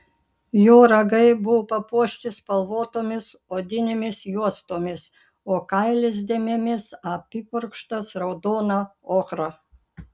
jo ragai buvo papuošti spalvotomis odinėmis juostomis o kailis dėmėmis apipurkštas raudona ochra